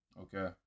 Okay